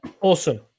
Awesome